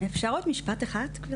אפשר עוד משפט אחד?